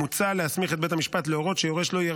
מוצע להסמיך את בית המשפט להורות שיורש לא יהיה